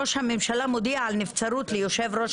ראש הממשלה מודיע על נבצרות ליושב ראש